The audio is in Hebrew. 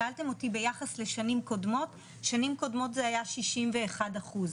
שאלתם אותי ביחס לשנים קודמות שאז זה היה 61 אחוז.